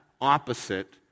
opposite